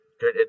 Good